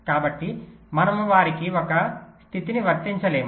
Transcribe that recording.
కాబట్టి మనము వారికి ఒక స్థితిని వర్తించలేము